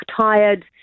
tired